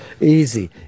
easy